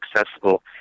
accessible